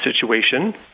situation